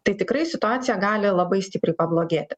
tai tikrai situacija gali labai stipriai pablogėti